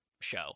show